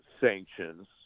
sanctions